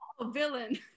Villain